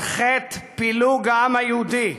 על חטא פילוג העם היהודי.